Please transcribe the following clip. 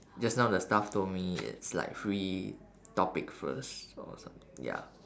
just now the staff told me it's like free topic first or someth~ ya